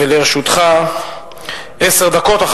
לרשותך עשר דקות.